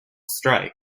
strike